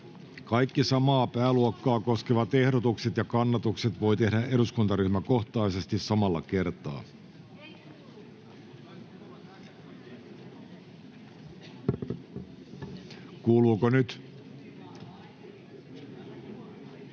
Kaikki samaa pääluokkaa koskevat ehdotukset ja kannatukset voi tehdä eduskuntaryhmäkohtaisesti samalla kertaa. Mahdolliset